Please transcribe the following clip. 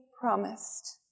promised